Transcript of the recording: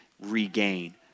regain